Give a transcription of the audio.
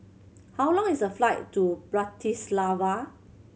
how long is the flight to Bratislava